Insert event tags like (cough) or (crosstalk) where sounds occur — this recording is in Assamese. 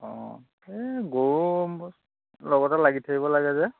অঁ এই গৰু (unintelligible) লগতে লাগি থাকিব লাগে যে